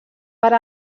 per